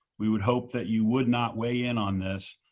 we would hope that you would not weigh in on this,